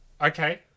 Okay